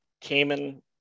Cayman